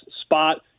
spot